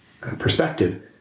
perspective